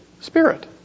spirit